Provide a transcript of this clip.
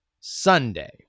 Sunday